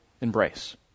embrace